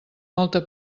molta